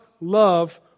love